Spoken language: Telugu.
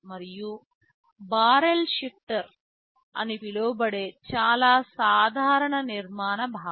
మరియు బారెల్ షిఫ్టర్ అని పిలువబడేది చాలా సాధారణ నిర్మాణ భావన